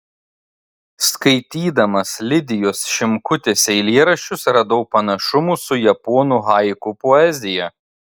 skaitydamas lidijos šimkutės eilėraščius radau panašumų su japonų haiku poezija